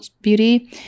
beauty